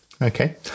Okay